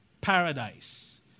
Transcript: paradise